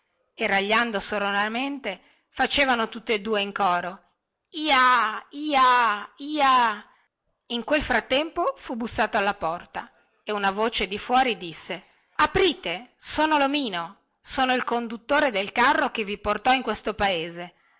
e ragliando sonoramente facevano tutte due coro j a j a j a in quel frattempo fu bussato alla porta e una voce di fuori disse aprite sono lomino sono il conduttore del carro che vi portò in questo paese